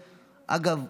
אגב,